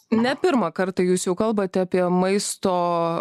ne pirmą kartą jūs jau kalbat apie maisto